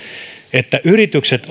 että yritykset